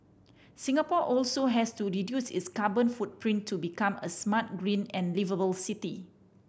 Singapore also has to reduce its carbon footprint to become a smart green and liveable city